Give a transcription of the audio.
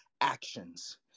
actions